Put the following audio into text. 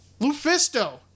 Lufisto